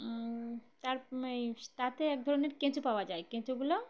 তার তাতে এক ধরনের কেঁচো পাওয়া যায় কেঁচুোগুলো